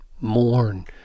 mourn